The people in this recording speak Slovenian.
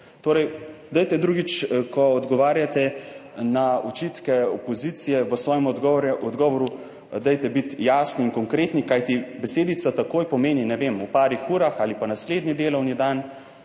Torej, dajte drugič, ko odgovarjate na očitke opozicije v svojem odgovoru dajte biti jasni in konkretni, kajti besedica takoj pomeni, ne vem, v parih urah ali pa naslednji delovni dan.